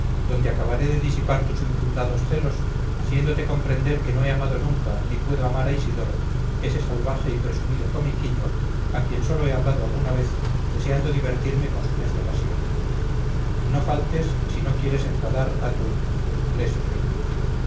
donde acabaré de disipar tus infundados celos haciéndote comprender que no he amado nunca ni puedo amar a isidoro ese salvaje presumido comiquillo a quien sólo he hablado alguna vez con objeto de divertirme con su necia pasión no faltes si no quieres enfadar a tu lesbia